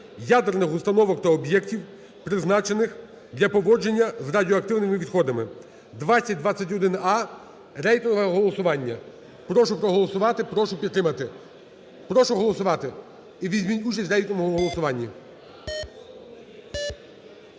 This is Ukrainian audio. ядерних установок та об'єктів, призначених для поводження з радіоактивними відходами (2021а). Рейтингове голосування. Прошу проголосувати. Прошу підтримати. Прошу голосувати. І візьміть участь в рейтинговому голосуванні.